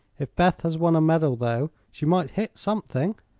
if beth has won a medal, though, she might hit something.